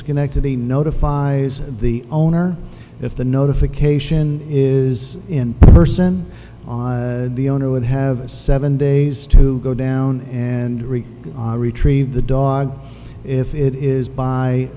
schenectady notifies the owner if the notification is in person the owner would have seven days to go down and retrieve the dog if it is by